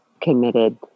committed